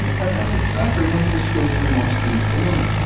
and that's exactly one of the skills we want students to learn